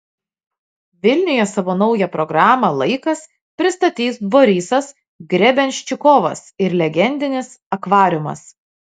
vilniuje savo naują programą laikas pristatys borisas grebenščikovas ir legendinis akvariumas